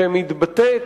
שמתבטאת